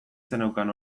zeneukan